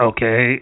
Okay